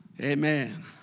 amen